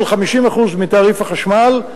של 50% מתעריף החשמל,